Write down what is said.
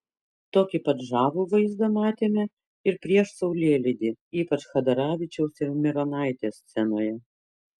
tokį pat žavų vaizdą matėme ir prieš saulėlydį ypač chadaravičiaus ir mironaitės scenoje